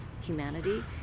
humanity